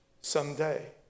someday